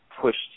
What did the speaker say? pushed